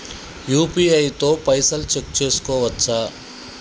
UPI తో పైసల్ check చేసుకోవచ్చా?